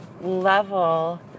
level